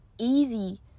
easy